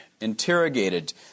interrogated